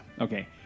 Okay